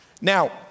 Now